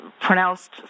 pronounced